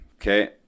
Okay